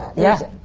yeah.